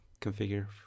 configure